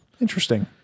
Interesting